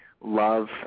love